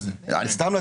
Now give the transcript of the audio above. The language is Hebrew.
ויש גם שביתה על